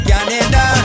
Canada